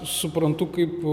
suprantu kaip